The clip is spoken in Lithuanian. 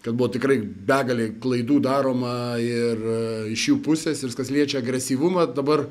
kad buvo tikrai begalė klaidų daroma ir iš jų pusės ir kas liečia agresyvumą dabar